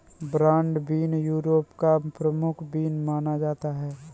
broad bean Europe का प्रमुख bean माना जाता है